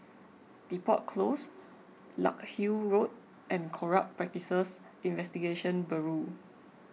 Depot Close Larkhill Road and Corrupt Practices Investigation Bureau